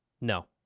No